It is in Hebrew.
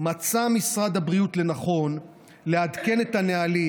מצא משרד הבריאות לנכון לעדכן את הנהלים